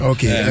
Okay